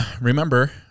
remember